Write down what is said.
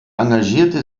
engagierte